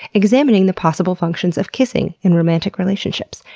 examining the possible functions of kissing in romantic relationships.